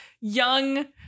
young